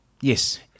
yes